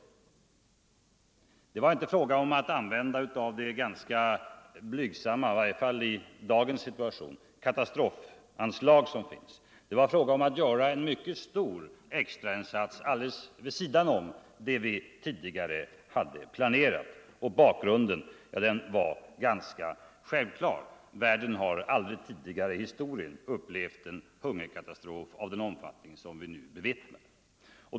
Men det var inte fråga om att använda det ganska blygsamma — i varje fall i dagens situation — katastrofanslag som finns. Det var fråga om att göra en mycket stor extrainsats alldeles vid sidan om det vi tidigare hade planerat, och bakgrunden var ganska självklar: världen har aldrig tidigare i historien upplevt en hungerkatastrof av den omfattning som vi nu bevittnar.